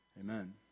Amen